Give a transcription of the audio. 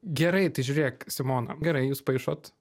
gerai tai žiūrėk simona gerai jūs paišot